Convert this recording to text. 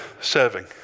serving